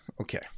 Okay